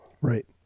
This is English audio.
Right